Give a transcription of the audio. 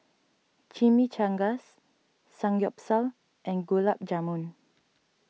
Chimichangas Samgyeopsal and Gulab Jamun